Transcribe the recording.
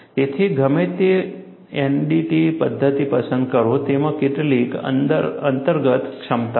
તેથી તમે ગમે તે NDT પદ્ધતિ પસંદ કરો તેમાં કેટલીક અંતર્ગત ક્ષમતાઓ છે